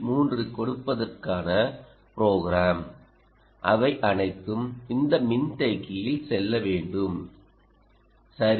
3 கொடுப்பதற்கான ப்ரோக்ராம் அவை அனைத்தும் இந்த மின்தேக்கியில் செல்ல வேண்டும் சரி